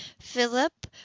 Philip